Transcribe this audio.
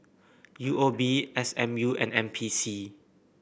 U O B S M U and N P C